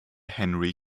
henry